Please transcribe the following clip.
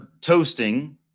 toasting